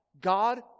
God